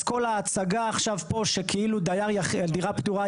אז כל ההצגה עכשיו פה שכאילו דירה פטורה.